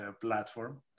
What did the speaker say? platform